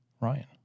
Ryan